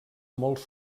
molts